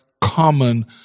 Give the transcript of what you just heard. common